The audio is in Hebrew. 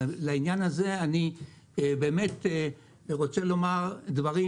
ולעניין הזה אני באמת רוצה לומר דברים